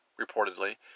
reportedly